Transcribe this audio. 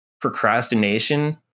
Procrastination